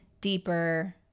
deeper